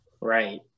Right